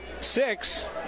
six